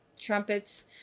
trumpets